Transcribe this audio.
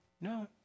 no